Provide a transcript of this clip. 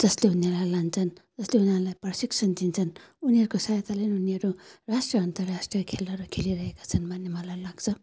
जस्तो उनीहरूलाई लान्छन् जस्तो उनीहरूलाई प्रशिक्षण दिन्छन् उनीहरूको सहायताले उनीहरू राष्ट्रिय अन्तराष्ट्रिय खेलहरू खेलिरहेको छन् भन्ने मलाई लाग्छ